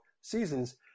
seasons